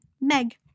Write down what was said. Meg